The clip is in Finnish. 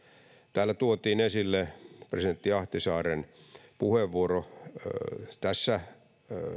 täällä tuotiin esille presidentti ahtisaaren puheenvuoro tässä